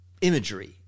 imagery